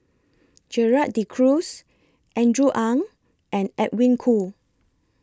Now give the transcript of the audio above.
Gerald De Cruz Andrew Ang and Edwin Koo